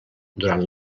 durant